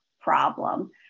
problem